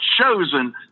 chosen